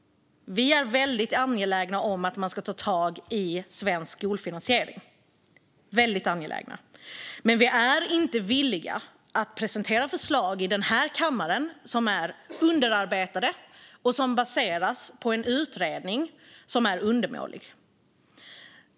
Vi är väldigt angelägna om att ta tag i svensk skolfinansiering, men vi är inte villiga att presentera förslag för kammaren som är underarbetade och som baseras på en undermålig utredning.